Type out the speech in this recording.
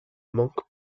manquent